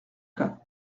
cas